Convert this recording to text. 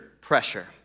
pressure